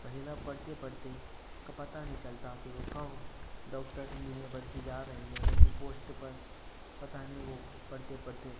महिला पढ़ते पढ़ते क पता नहीं चलता कि वह कब डॉक्टर इंजीनियर बनती जा रही है उनकी पोस्ट पर पता नहीं वह पढ़ते पढ़ते